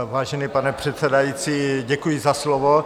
Vážený pane předsedající, děkuji za slovo.